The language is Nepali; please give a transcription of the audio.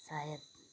सायद